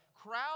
crowd